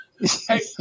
Hey